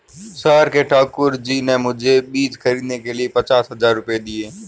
शहर के ठाकुर जी ने मुझे बीज खरीदने के लिए पचास हज़ार रूपये दिए